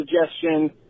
suggestion